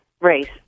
race